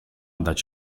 dać